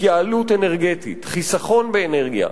התייעלות אנרגטית, חיסכון באנרגיה,